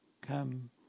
come